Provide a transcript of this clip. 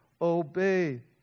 Obey